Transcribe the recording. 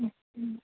اچ